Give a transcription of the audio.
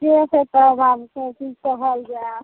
ठीक छै तब कहल जाएब